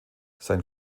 sein